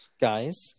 Guys